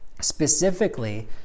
Specifically